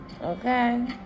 Okay